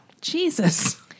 Jesus